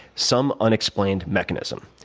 some unexplained mechanism.